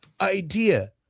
idea